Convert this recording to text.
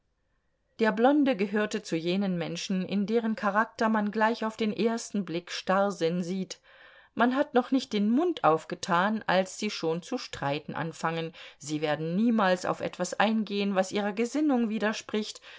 der blonde gehörte zu jenen menschen in deren charakter man gleich auf den ersten blick starrsinn sieht man hat noch nicht den mund aufgetan als sie schon zu streiten anfangen sie werden niemals auf etwas eingehen was ihrer gesinnung widerspricht